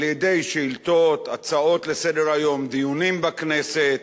על-ידי שאילתות, הצעות לסדר-היום, דיונים בכנסת